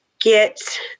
get